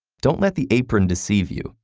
don't let the apron deceive you!